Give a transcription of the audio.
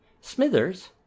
Smithers